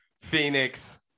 Phoenix